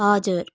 हजुर